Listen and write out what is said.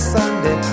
Sunday